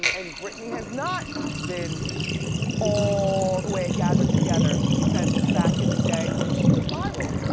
and britney has not been all the way gathered together since back in the day when she spiraled.